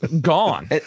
Gone